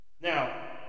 Now